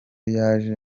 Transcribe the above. yaje